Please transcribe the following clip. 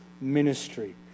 ministry